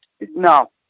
no